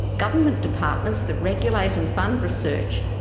government departments that regulate and fund research,